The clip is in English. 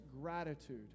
gratitude